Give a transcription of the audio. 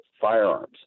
firearms